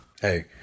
Hey